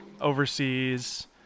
overseas